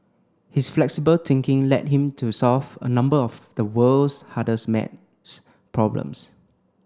his flexible thinking led him to solve a number of the world's hardest maths problems